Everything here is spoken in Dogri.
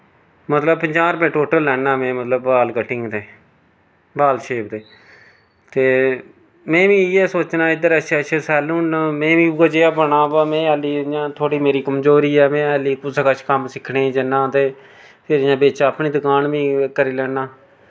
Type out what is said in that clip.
मतलब पंजाह् रपेऽ टोटल लैन्नां में मतलब बाल कट्टिंग दे बाल शेव दे ते में बी इ'यै सोचना इद्धर अच्छे अच्छे सैलून न में बी उ'यै जेहा बनां वा में हल्ली इ'यां थोह्ड़ी मेरी कमजोरी ऐ में हल्ली कुसै कच्छ कम्म सिक्खने जन्ना ते फिर इ'यां बिच्च अपनी दकान बी करी लैन्ना